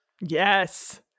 yes